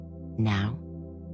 Now